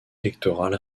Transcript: électoral